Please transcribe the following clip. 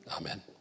Amen